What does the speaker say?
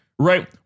right